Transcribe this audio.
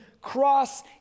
cross